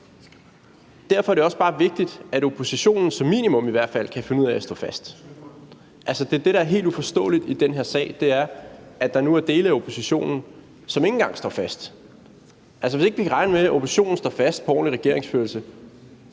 Derfor er det også bare vigtigt, at oppositionen som minimum i hvert fald kan finde ud af at stå fast. Altså, det, der er helt uforståeligt i den her sag, er, at der nu er dele af oppositionen, som ikke engang står fast. Hvis ikke vi kan regne med, at oppositionen står fast på ordentlig regeringsførelse,